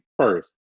first